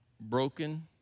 broken